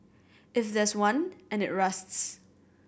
if there's one and it rusts